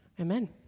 Amen